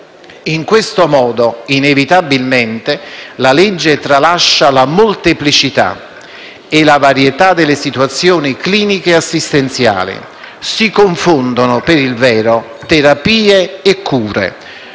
In questo modo, inevitabilmente, la legge tralascia la molteplicità e la varietà delle situazioni cliniche assistenziali. Si confondono, per il vero, terapie e cure,